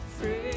free